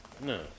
No